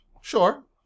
Sure